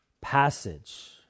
passage